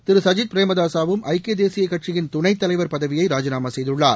திரு சஜித் பிரேமதாசாவும் ஐக்கிய தேசிய கட்சியின் துணைத்தலைவர் பதவியை ராஜினாமா செய்துள்ளார்